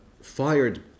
fired